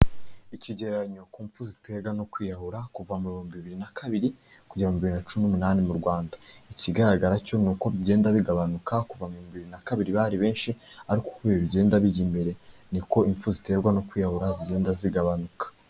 Ikigereranyo ku mpfu ziterwa no kwiyahura kuva mu bihumbi bibiri na kabiri kugera mu bihumbi bibiri na cumi n'umunani mu Rwanda. Ikigaragara cyo ni uko bigenda bigabanuka, kuva mu bihumbi bibiri na kabiri bari benshi, ariko uko ibihe bigenda bijya imbere ni ko impfu ziterwa no kwiyahura zigenda zigabanuka.